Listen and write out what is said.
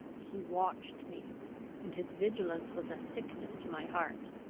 he watched me and his vigilance was a sickness to my heart.